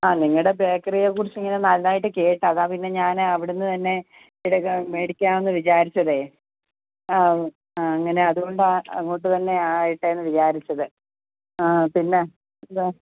ആ നിങ്ങളുടെ ബേക്കറിയെ കുറിച്ച് ഇങ്ങനെ നന്നായിട്ട് കേട്ടു അതാണ് പിന്നെ ഞാൻ അവിടുന്ന് തന്നെ എടുക്കാം മേടിക്കാം എന്ന് വിചാരിച്ചതേ ആ അങ്ങനെ അതുകൊണ്ടാണ് അങ്ങോട്ട് തന്നെ ആകട്ടെ എന്ന് വിചാരിച്ചത് ആ പിന്നെ എന്താണ്